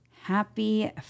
Happy